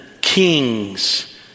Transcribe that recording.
kings